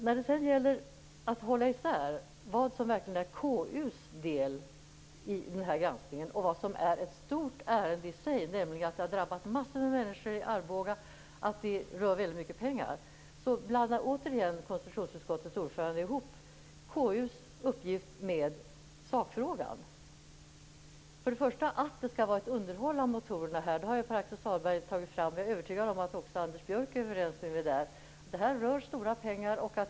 När det sedan gäller att hålla isär vad som verkligen är KU:s del i den här granskningen och vad som är ett stort ärende i sig, nämligen att det har drabbat massor med människor i Arboga och rör väldigt mycket pengar, blandar återigen konstitutionsutskottets ordförande ihop KU:s uppgift med sakfrågan. Att det måste ske ett underhåll av motorerna har Pär-Axel Sahlberg redan tagit upp, och jag är övertygad om att också Anders Björck är överens med mig där. Det här rör stora pengar.